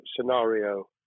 scenario